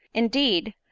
indeed,